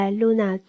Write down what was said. Luna